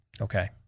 okay